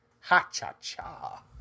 ha-cha-cha